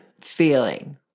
feeling